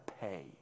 pay